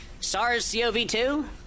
SARS-CoV-2